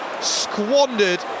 squandered